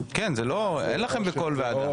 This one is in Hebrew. אין לכם בכל ועדה.